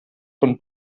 von